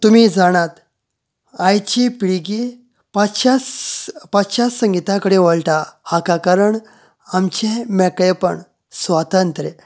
तुमी जाणात आयची पिळगी पाश्चात पाश्चात संगिता कडेन वळटा हाका कारण आमचे मेकळेपण स्वातंत्र